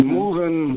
moving